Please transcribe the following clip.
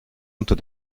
unter